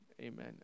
Amen